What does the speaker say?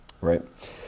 Right